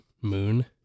Moon